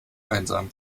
einsam